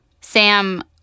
Sam